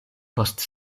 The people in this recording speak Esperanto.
post